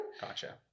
Gotcha